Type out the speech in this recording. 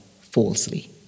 falsely